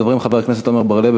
ראשון הדוברים, חבר הכנסת עמר בר-לב.